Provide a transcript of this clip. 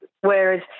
Whereas